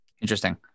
interesting